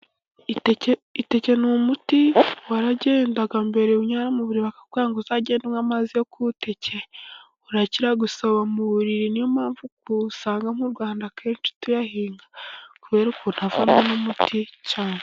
Iteke ni umuti, waragendaga mbere unyura munzira, bakavuga ngo uzajye unywa amazi yo ku iteke urakira gusoba mu buriri. Niyo mpamvu usanga nk'Urwanda akenshi tuyahinga kubera ukuntu avamo umuti cyane.